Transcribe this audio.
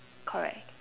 correct